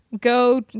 Go